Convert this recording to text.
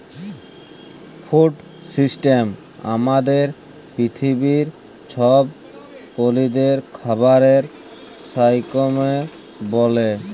food system আমাদের পিথিবীর ছব প্রালিদের খাবারের সাইকেলকে ব্যলে